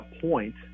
point